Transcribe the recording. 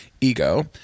ego